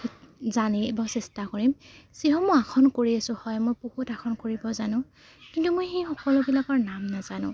জানিব চেষ্টা কৰিম যিসমূহ আসন কৰি আছো হয় মই বহুত আসন কৰিব জানো কিন্তু মই সেই সকলোবিলাকৰ নাম নাজানো